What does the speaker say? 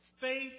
Faith